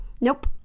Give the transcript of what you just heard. Nope